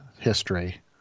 history